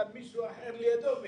אלא מישהו אחר לידו מת.